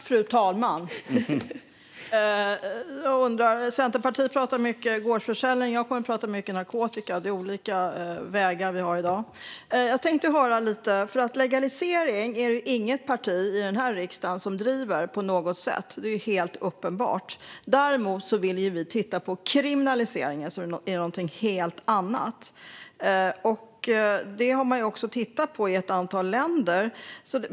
Fru talman! Centerpartiet pratar mycket om gårdsförsäljning. Jag kommer att prata mycket om narkotika. Vi har olika vägar i dag. Det är inget parti i denna riksdag som driver frågan om en legalisering av narkotika. Det är helt uppenbart. Däremot vill vi titta på kriminaliseringen, som är någonting helt annat. Det har man också tittat på i ett antal länder.